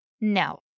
no